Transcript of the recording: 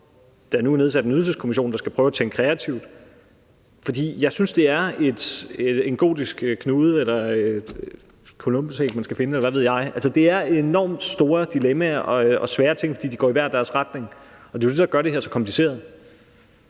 der nu er nedsat en Ydelseskommission, der skal prøve at tænke kreativt. Jeg synes, det er en gordisk knude eller et columbusæg, eller hvad ved jeg, man skal finde. Altså, det er enormt store dilemmaer og svære ting, fordi de går i hver deres retning, og det er jo det, der gør det her så kompliceret.